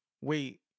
wait